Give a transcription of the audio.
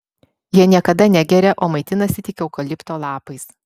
jie niekada negeria o maitinasi tik eukalipto lapais